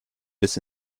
bis